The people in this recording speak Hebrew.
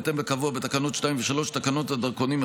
בהתאם לקבוע בתקנות 2 ו-3 לתקנות הדרכונים,